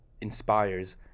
inspires